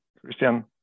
Christian